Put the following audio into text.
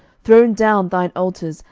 thrown down thine altars,